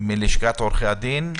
מלשכת עורכי הדין.